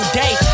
day